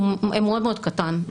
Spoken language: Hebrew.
הוא מאוד קטן,